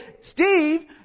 Steve